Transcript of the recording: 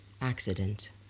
accident